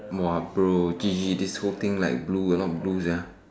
!woah! bro G_G this whole thing like blue a lot of blue ya